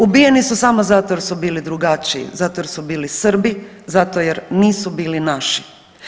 Ubijeni su samo zato jer su bili drugačiji, jer su bili Srbi, zato jer nisu bili naši.